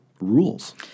rules